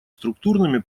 структурными